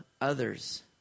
others